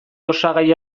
osagai